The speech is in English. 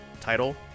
title